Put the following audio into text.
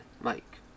Mike